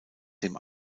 dem